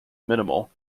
minimal